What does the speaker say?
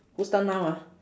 whose turn now ah